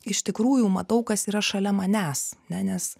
iš tikrųjų matau kas yra šalia manęs ne nes